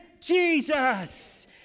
Jesus